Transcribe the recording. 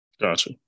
Gotcha